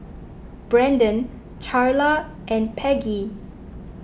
Brenden Charla and Peggy